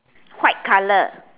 white colour